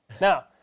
Now